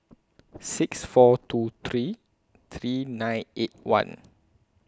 six four two three three nine eight one